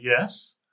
yes